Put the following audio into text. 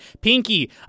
Pinky